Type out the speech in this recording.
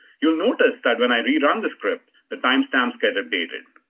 you'll notice that when i rerun the script, the timestamps get updated.